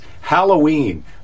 Halloween